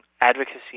advocacy